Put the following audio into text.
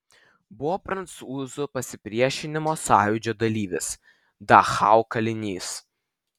buvo prancūzų pasipriešinimo sąjūdžio dalyvis dachau kalinys